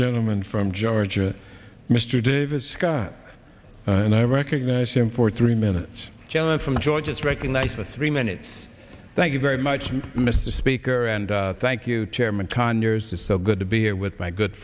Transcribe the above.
gentleman from georgia mr davis scott and i recognize him for three minutes gentleman from georgia is recognized with three minutes thank you very much mr speaker and thank you chairman conyers is so good to be here with my good